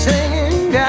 Singing